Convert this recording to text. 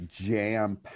jam